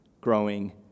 growing